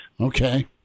Okay